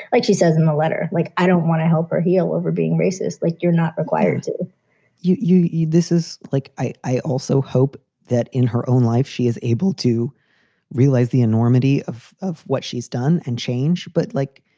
like she says in the letter, like, i don't want to help her heal over being racist. like you're not required to you you this is like i i also hope that in her own life, she is able to realize the enormity of of what she's done and change. but like,